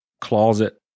closet